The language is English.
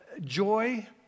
Joy